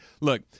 Look